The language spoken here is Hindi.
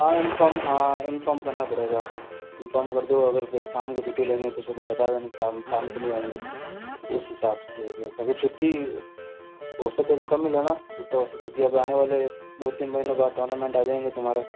हाँ इन्फॉर्म हाँ इन्फॉर्म करना पडे़गा इन्फॉर्म कर दो अगर फिर शाम को छुट्टी लेनी है तो सुबह बता देना कि शाम को नहीं आऊंगी तो उस हिसाब से फिर अभी छुट्टी हो सके तो कम ही लेना जितना हो सके क्योंकि अभी आने वाले दो तीन महीनों बाद टूर्नामेंट आ जाएंगे तुम्हारे